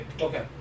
Okay